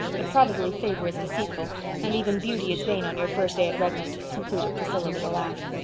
but probably favor is deceitful and even beauty is vain on your first day at redmond, concluded priscilla with a laugh.